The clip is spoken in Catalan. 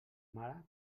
mare